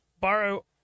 borrow